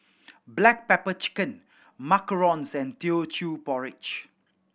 black pepper chicken macarons and Teochew Porridge